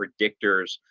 predictors